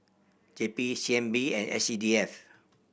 J P C N B and S C D F